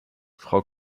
frau